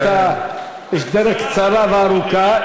יש דרך קצרה וארוכה,